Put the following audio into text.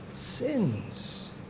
Sins